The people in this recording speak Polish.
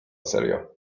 serio